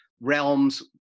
realms